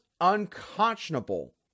unconscionable